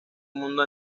mundo